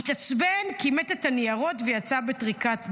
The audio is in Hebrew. התעצבן, קימט את הניירות ויצא בטריקת דלת.